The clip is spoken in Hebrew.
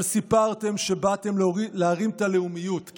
אבל סיפרתם שבאתם להרים את הלאומיות,